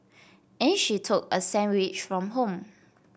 and she took a sandwich from home